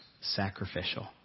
sacrificial